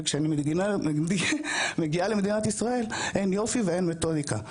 וכשאני מגיעה למדינת ישראל אין יופי ואין מתודיקה.